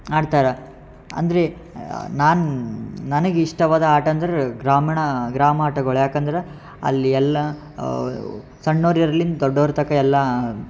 ಆಡ್ತಾರೆ ಅಂದರೆ ನಾನು ನನಿಗೆ ಇಷ್ಟವಾದ ಆಟ ಅಂದ್ರೆ ಗ್ರಾಮೀಣ ಗ್ರಾಮ ಆಟಗಳು ಯಾಕಂದ್ರೆ ಅಲ್ಲಿ ಎಲ್ಲ ಸಣ್ಣವ್ರು ಇರಲಿ ದೊಡ್ಡವ್ರ ತನಕ ಎಲ್ಲ